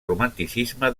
romanticisme